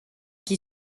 qui